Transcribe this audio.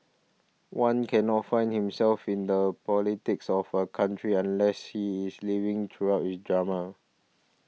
one cannot find himself in the politics of a country unless he is living throughout his dramas